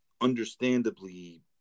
understandably